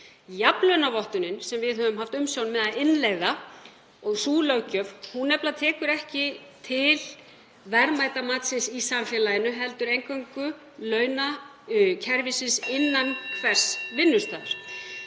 Jafnlaunavottunin, sem við höfum haft umsjón með að innleiða og sú löggjöf, tekur nefnilega ekki til verðmætamatsins í samfélaginu heldur eingöngu launakerfisins innan hvers vinnustaðar.